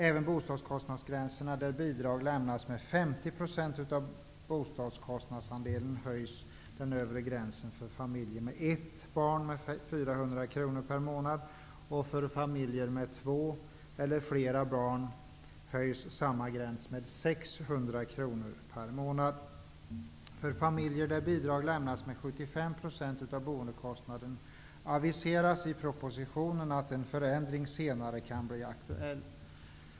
Även när det gäller bostadskostnadsgränserna, där bidrag lämnas med För familjer där bidrag lämnas med 75 % av boendekostnaden aviseras i propositionen att en förändring senare kan bli aktuell.